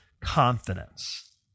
confidence